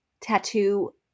tattoo